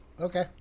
Okay